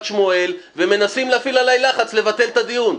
שמואל ומנסים להפעיל עליי לחץ לבטל את הדיון.